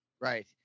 Right